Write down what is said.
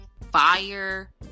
fire